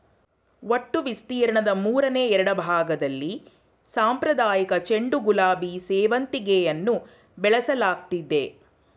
ಒಟ್ಟು ವಿಸ್ತೀರ್ಣದ ಮೂರನೆ ಎರಡ್ಭಾಗ್ದಲ್ಲಿ ಸಾಂಪ್ರದಾಯಿಕ ಚೆಂಡು ಗುಲಾಬಿ ಸೇವಂತಿಗೆಯನ್ನು ಬೆಳೆಸಲಾಗ್ತಿದೆ